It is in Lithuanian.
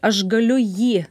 aš galiu jį